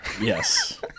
Yes